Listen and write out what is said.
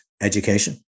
education